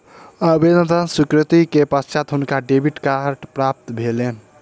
आवेदन स्वीकृति के पश्चात हुनका डेबिट कार्ड प्राप्त भेलैन